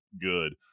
good